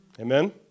Amen